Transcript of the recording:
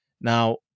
Now